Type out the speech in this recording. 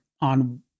on